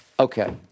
Okay